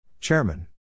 Chairman